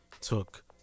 took